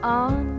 on